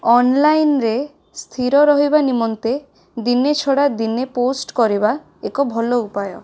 ଅନଲାଇନ୍ରେ ସ୍ଥିର ରହିବା ନିମନ୍ତେ ଦିନେ ଛଡ଼ା ଦିନେ ପୋଷ୍ଟ କରିବା ଏକ ଭଲ ଉପାୟ